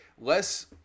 less